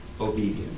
obedient